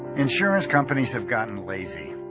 insurance companies have gotten raising